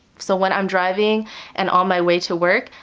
so when i'm driving and on my way to work,